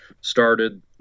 started